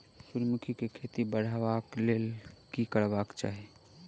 सूर्यमुखी केँ खेती केँ बढ़ेबाक लेल की करबाक चाहि?